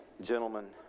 gentlemen